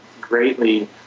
greatly